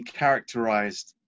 characterized